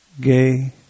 gay